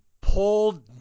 pulled